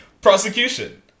prosecution